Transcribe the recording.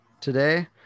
today